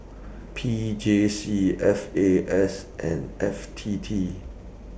P J C F A S and F T T